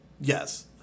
Yes